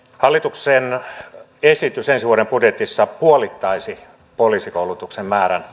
hallituksen esitys ensi vuoden budjetissa puolittaisi poliisikoulutuksen määrän